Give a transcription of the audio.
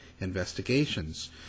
investigations